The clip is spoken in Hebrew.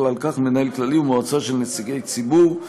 ובכלל זה מנהל כללי ומועצה של נציגי ציבור.